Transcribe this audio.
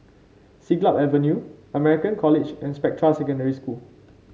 Siglap Avenue American College and Spectra Secondary School